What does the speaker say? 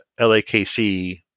LAKC